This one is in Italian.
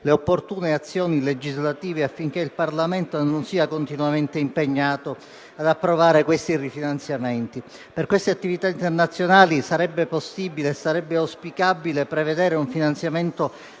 le opportune azioni legislative affinché il Parlamento non sia continuamente impegnato ad approvare questi rifinanziamenti. Per queste attività internazionali sarebbe possibile ed auspicabile prevedere un finanziamento